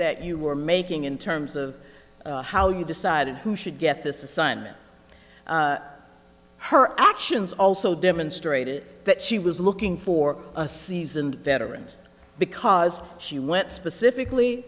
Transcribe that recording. that you were making in terms of how you decided who should get this assignment her actions also demonstrated that she was looking for a seasoned veterans because she went specifically